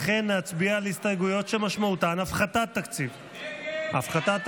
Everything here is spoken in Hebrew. לכן נצביע על הסתייגויות שמשמעותן הפחתת תקציב כעת.